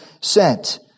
sent